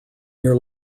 your